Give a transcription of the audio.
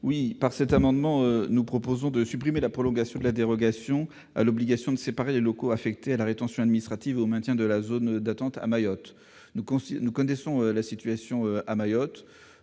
Par cet amendement, nous proposons de supprimer la prolongation de la dérogation à l'obligation de séparer les locaux affectés à la rétention administrative et au maintien en zone d'attente à Mayotte. Nous connaissons la situation à Mayotte